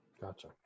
Gotcha